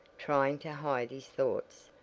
trying to hide his thoughts,